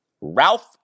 Ralph